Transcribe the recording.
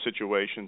situations